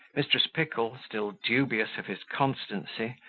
mrs. pickle, still dubious of his constancy,